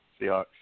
Seahawks